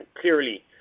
clearly